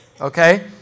Okay